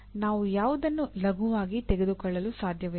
ನಾವು ಯಾವುದನ್ನೂ ಲಘುವಾಗಿ ತೆಗೆದುಕೊಳ್ಳಲು ಸಾಧ್ಯವಿಲ್ಲ